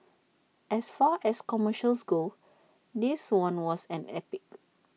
as far as commercials go this one was an epic